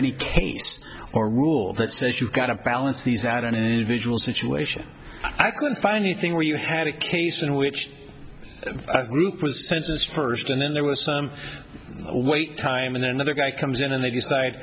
any case or rule that says you've got to balance these out an individual situation i couldn't find anything where you had a case in which group was sentenced first and then there was a wait time and then another guy comes in and they decide